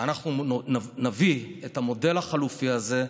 אנחנו נביא את המודל החלופי הזה,